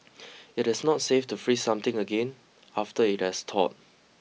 it is not safe to freeze something again after it has thawed